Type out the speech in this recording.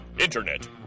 Internet